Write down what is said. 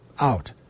out